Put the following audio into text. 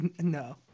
no